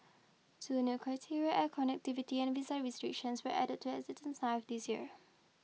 two new criteria air connectivity and visa restrictions were added to the existing nine this year